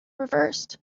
reversed